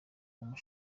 wine